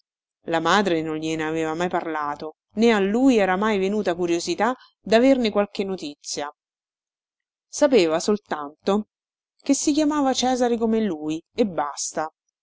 la madre non gliene aveva mai parlato né a lui era mai venuta curiosità daverne qualche notizia sapeva soltanto che si chiamava cesare come lui e basta